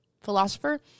philosopher